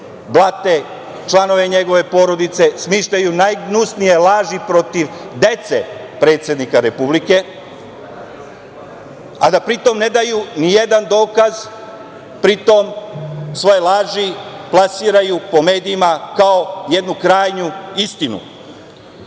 blate članove njegove porodice, smišljaju najgnusnije laži protiv dece predsednika Republike, a pri tome ne daju ni jedan dokaz i svoje laži plasiraju po medijima kao jednu krajnju istinu,